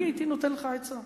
אני הייתי נותן לך עצה.